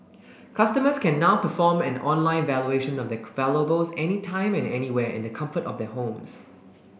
customers can now perform an online valuation of their valuables any time and anywhere in the comfort of their homes